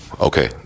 Okay